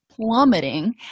plummeting